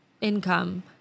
income